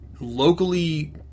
locally